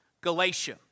Galatia